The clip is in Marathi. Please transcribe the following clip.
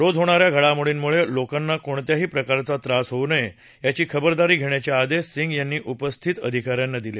रोज होणा या घडामोडींमुळे लोकांना कोणत्याही प्रकारचा त्रास होवू नये यांची खबरदारी घेण्याचे आदेश सिंग यांनी उपस्थित अधिका यांना दिले